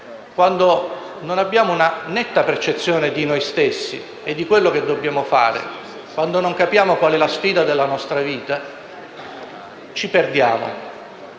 quando non abbiamo una netta percezione di noi stessi e di quello che dobbiamo fare, quando non capiamo qual è la sfida della nostra vita, ci perdiamo.